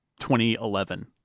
2011